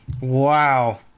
Wow